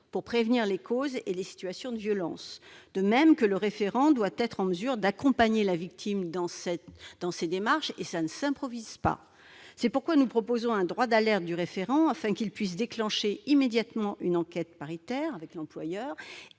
pour prévenir les causes et les situations de violences. De même, le référent doit être en mesure d'accompagner la victime dans ses démarches. Une telle fonction ne s'improvise pas. C'est pourquoi nous proposons d'instituer un droit d'alerte du référent, afin qu'il puisse déclencher immédiatement une enquête paritaire avec l'employeur,